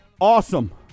awesome